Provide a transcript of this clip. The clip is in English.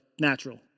natural